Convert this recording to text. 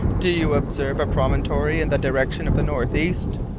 do you observe a promontory in the direction of the north-east?